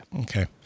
okay